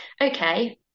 Okay